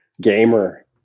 gamer